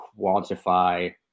quantify